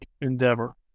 endeavor